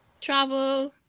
travel